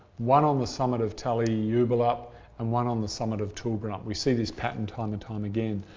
one on the summit of talyuberlup and one on the summit of toolbrunup. we see this pattern time and time again.